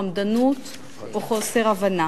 חמדנות או חוסר הבנה.